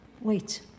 Wait